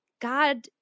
God